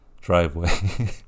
driveway